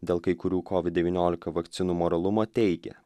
dėl kai kurių kovid devyniolika vakcinų moralumo teigia